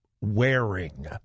wearing